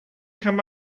come